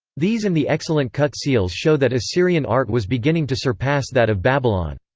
these and the excellent cut seals show that assyrian art was beginning to surpass that of babylon.